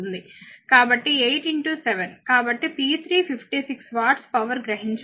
కాబట్టి p3 56 వాట్ల power గ్రహించబడుతుంది